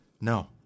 No